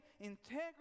Integrity